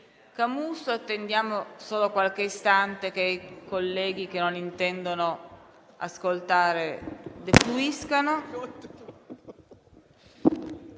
facoltà. Attendiamo solo qualche istante, affinché i colleghi che non intendono ascoltare defluiscano.